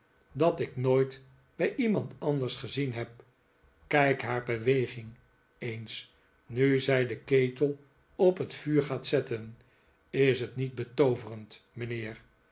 dat ik nooit bij iemand anders gezien heb kijk haar beweging eens nu zij den ketel op het vuur gaat zetten is het niet betooverend mijnheer